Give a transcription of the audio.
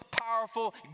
powerful